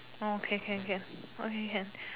orh okay can can okay can